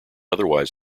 otherwise